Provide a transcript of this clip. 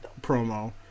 promo